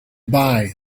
bye